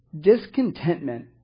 discontentment